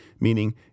meaning